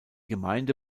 gemeinde